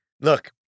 Look